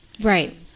Right